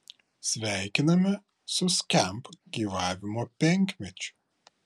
sveikiname su skamp gyvavimo penkmečiu